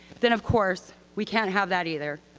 then of course we can't have that either,